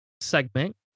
segment